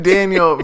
Daniel